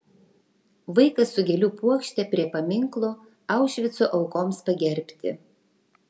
vaikas su gėlių puokšte prie paminklo aušvico aukoms pagerbti